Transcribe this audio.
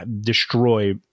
destroy